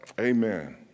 Amen